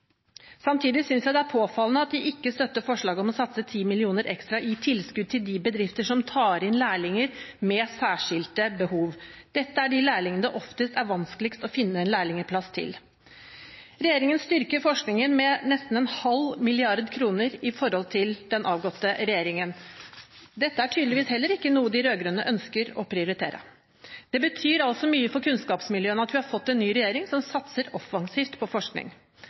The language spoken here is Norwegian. Samtidig synes jeg det er påfallende at de ikke støtter forslaget om å satse 10 mill. kr ekstra i tilskudd til de bedriftene som tar inn lærlinger med særskilte behov. Dette er de lærlingene det oftest er vanskeligst å finne en lærlingplass til. Regjeringen styrker forskningen med nesten 0,5 mrd. kr i forhold til den avgåtte regjeringen. Dette er tydeligvis heller ikke noe de rød-grønne ønsker å prioritere. Det betyr altså mye for kunnskapsmiljøene at vi har fått en ny regjering som satser offensivt på forskning.